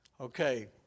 Okay